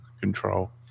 control